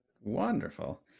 wonderful